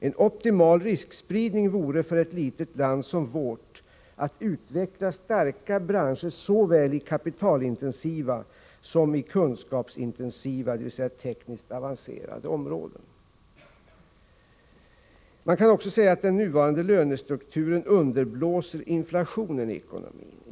En optimal riskspridning vore för ett litet land som vårt att utveckla starka branscher såväl på kapitalintensiva som på kunskapsintensiva, dvs. tekniskt avancerade, områden. Man kan också säga att den nuvarande lönestrukturen underblåser inflationen i ekonomin.